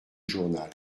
journal